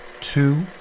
two